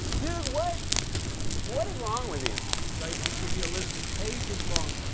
dude, what what is wrong with you? i could give you a list. it's pages long.